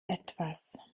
etwas